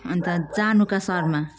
अन्त जानुका शर्मा